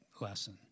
lesson